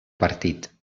partit